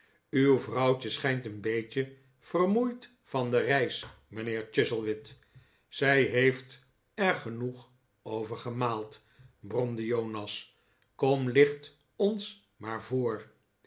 uw vrouwtje schijnt een beetje vermbeid van de reis mijnheer chuzzlewit zij heeft er genoeg over gemaald bromde jonas kom licht ons maar voor